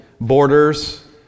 borders